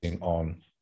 on